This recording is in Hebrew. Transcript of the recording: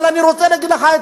אבל אני רוצה להגיד לך,